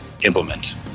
implement